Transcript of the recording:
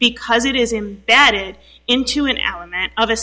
because it is in bed it into an element of